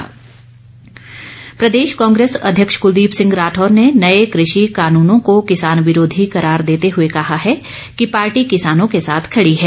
राठौर प्रदेश कांग्रेस अध्यक्ष कुलदीप सिंह राठौर ने नए कृषि कानूनों को किसान विरोधी करार देते हुए कहा है कि पार्टी किसानों के साथ ँखड़ी है